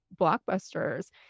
blockbusters